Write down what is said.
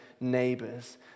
neighbors